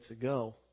ago